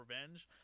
revenge